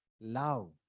love